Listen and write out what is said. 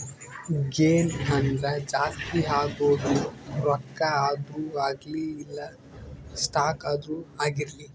gain ಅಂದ್ರ ಜಾಸ್ತಿ ಆಗೋದು ರೊಕ್ಕ ಆದ್ರೂ ಅಗ್ಲಿ ಇಲ್ಲ ಸ್ಟಾಕ್ ಆದ್ರೂ ಆಗಿರ್ಲಿ